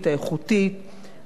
ומגיוון תרבותי,